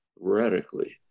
radically